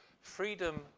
freedom